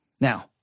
Now